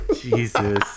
Jesus